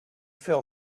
felt